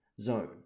zone